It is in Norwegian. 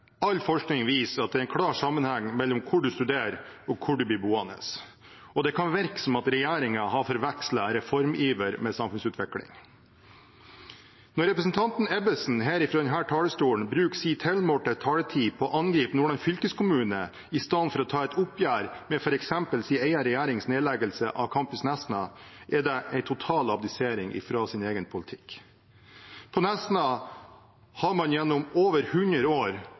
All forskning viser at det er en klar sammenheng mellom hvor du studerer, og hvor du blir boende. Det kan virke som at regjeringen har forvekslet reformiver med samfunnsutvikling. Når representanten Ebbesen fra denne talerstolen bruker sin tilmålte taletid på å angripe Nordland fylkeskommune istedenfor å ta et oppgjør med f.eks. sin egen regjerings nedleggelse av campus Nesna, er det en total abdisering fra sin egen politikk. På Nesna har man gjennom over hundre år